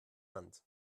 hand